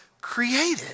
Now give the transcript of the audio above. created